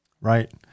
Right